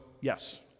yes